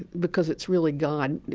because it's really god,